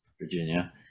Virginia